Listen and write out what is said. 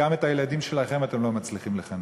גם את הילדים שלכם אתם לא מצליחים לחנך.